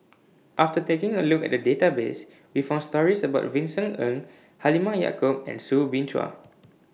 after taking A Look At The Database We found stories about Vincent Ng Halimah Yacob and Soo Bin Chua